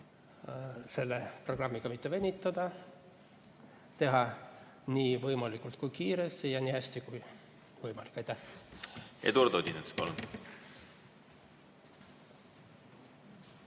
selle programmiga mitte venitada, teha [see ära] võimalikult kiiresti ja nii hästi kui võimalik. Aitäh!